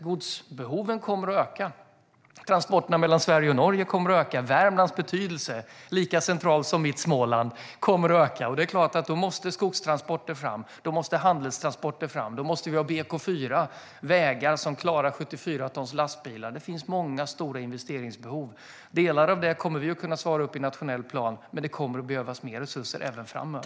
Godstransportbehoven kommer att öka, och transporterna mellan Sverige och Norge kommer att öka, Värmlands betydelse - Värmland ligger lika centralt som mitt Småland - kommer att öka. Det är klart att skogstransporter och handelstransporter då måste fram. Då måste vi ha BK4, vägar som klarar 74 tons lastbilar. Det finns många stora investeringsbehov. Delar av det kommer vi att svara upp mot i nationell plan, men det kommer att behövas mer resurser även framöver.